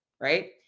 right